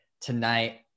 tonight